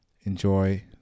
enjoy